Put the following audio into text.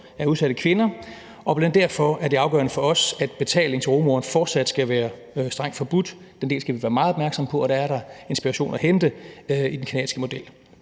af udsatte kvinder, og bl.a. derfor er det afgørende for os, at betaling til rugemoren fortsat skal være strengt forbudt. Den del skal vi være meget opmærksomme på, og der er der inspiration at hente i den canadiske model.